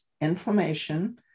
inflammation